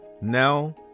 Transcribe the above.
Now